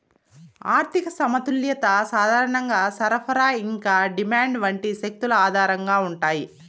ఆర్థిక సమతుల్యత సాధారణంగా సరఫరా ఇంకా డిమాండ్ వంటి శక్తుల ఆధారంగా ఉంటాయి